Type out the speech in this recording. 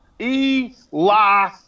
Eli